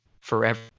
forever